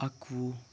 اَکوُہ